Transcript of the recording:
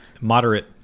moderate